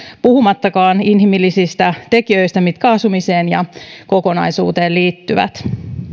puhumattakaan inhimillisistä tekijöistä mitkä asumiseen ja kokonaisuuteen liittyvät